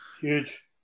Huge